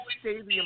Stadium